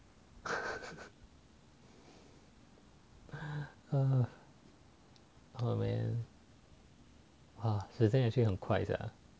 oh man ah 时间 actually 很快 sia